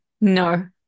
no